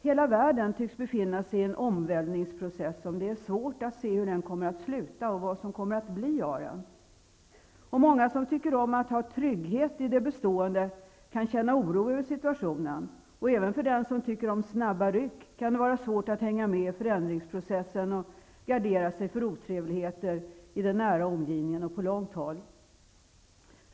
Hela världen tycks befinna sig i en omvälvningsprocess. Det är svårt att se hur den kommer att sluta och vad som kommer att bli av den. Många som tycker om att ha trygghet i det bestående, kan känna oro över situationen. Även för den som tycker om snabba ryck kan det vara svårt att hänga med i förändringsprocessen och gardera sig för otrevligheter i den nära omgivningen och på långt håll.